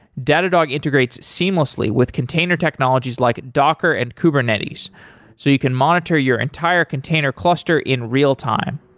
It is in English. datadog integrates seamlessly with container technologies like docker and kubernetes so you can monitor your entire container cluster in real-time.